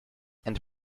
and